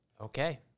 Okay